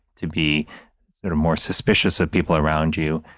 to be sort of more suspicious of people around you,